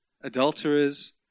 adulterers